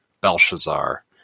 Belshazzar